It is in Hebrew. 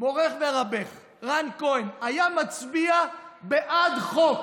מורך ורבך רן כהן היה מצביע בעד חוק